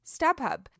StubHub